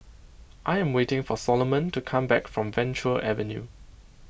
I am waiting for Soloman to come back from Venture Avenue